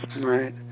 Right